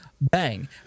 bang